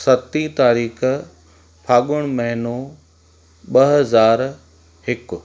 सती तारीख़ु फागुण महिनो ॿ हज़ार हिकु